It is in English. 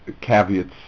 caveats